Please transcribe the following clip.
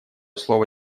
слово